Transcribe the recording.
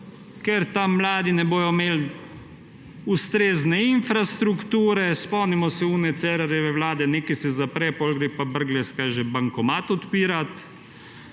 ker tam mladi ne bodo imeli ustrezne infrastrukture, spomnimo se tiste Cerarjeve vlade, nekaj se zapre, potem gre pa Brglez – kaj že? – bankomat odpirat,